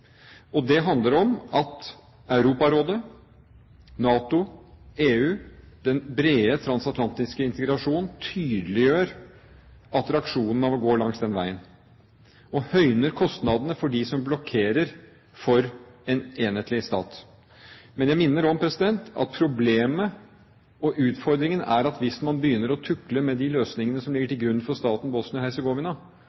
og det handler om at Europarådet, NATO, EU – den brede transatlantiske integrasjon – tydeliggjør attraksjonen i å gå langs den veien, og høyner kostnadene for dem som blokkerer for en enhetlig stat. Men jeg minner om at problemet og utfordringen er at hvis man begynner å tukle med de løsningene som ligger